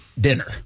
dinner